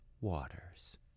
waters